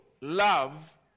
love